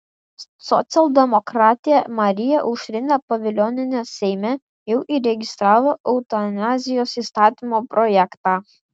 socialdemokratė marija aušrinė pavilionienė seime jau įregistravo eutanazijos įstatymo projektą